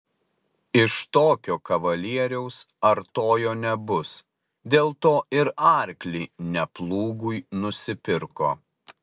iš tokio kavalieriaus artojo nebus dėl to ir arklį ne plūgui nusipirko